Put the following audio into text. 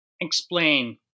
explain